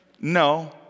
No